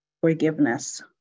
forgiveness